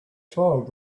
child